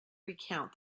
recount